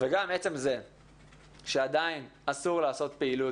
וגם עצם זה שעדיין אסור לעשות פעילות